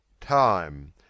Time